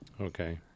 Okay